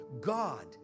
God